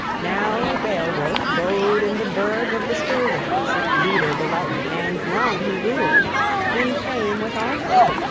now beowulf bode in the burg of the scyldings, leader beloved, and long he ruled in fame with all folk,